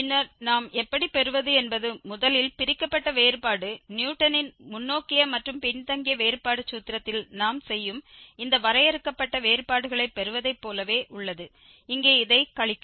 பின்னர் நாம் எப்படி பெறுவது என்பது முதலில் பிரிக்கப்பட்ட வேறுபாடு நியூட்டனின் முன்னோக்கிய மற்றும் பின்தங்கிய வேறுபாடு சூத்திரத்தில் நாம் செய்யும் இந்த வரையறுக்கப்பட்ட வேறுபாடுகளைப் பெறுவதைப் போலவே உள்ளது இங்கே இதை கழிக்கவும்